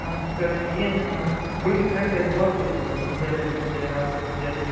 ಆನಂತರ ಏನು ಗುಳ್ಗೆ ಕರೆಕ್ಟಾಗಿ ತೊಗೊಳ್ತಿದ್ದೀರಲ್ವ ಮುಂಜಾನೆ ಸಂಜೆ ರಾತ್ರಿ ಮುಂಜಾನೆ